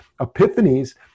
epiphanies